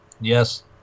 Yes